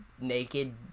naked